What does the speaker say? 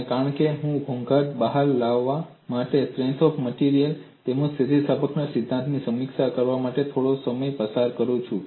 અને એ જ કારણ છે કે હું ઘોંઘાટ બહાર લાવવા માટે સ્ટ્રેન્થ ઓફ માટેરિયલ્સ તેમજ સ્થિતિસ્થાપકતાના સિદ્ધાંતની સમીક્ષા કરવા માટે થોડો સમય પસાર કરું છું